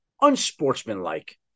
unsportsmanlike